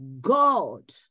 God